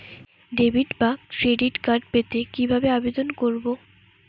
Debit বা credit card পেতে কি ভাবে আবেদন করব?